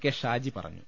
K Shaji പറഞ്ഞു